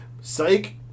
Psych